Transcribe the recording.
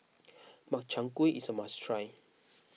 Makchang Gui is a must try